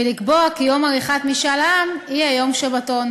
ולקבוע כי יום עריכת משאל העם יהיה יום שבתון.